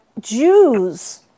Jews